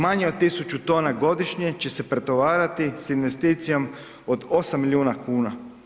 Manje od 1000 tona godišnje će se pretovarati sa investicijom od 8 milijuna kuna.